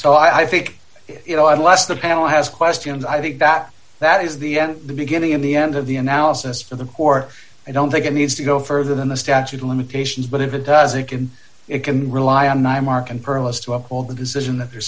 so i think you know unless the panel has questions i think that that is the end of the beginning of the end of the analysis for the court i don't think it needs to go further than the statute of limitations but if it does it can it can rely on ny mark and per most of all the decision that the